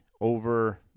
over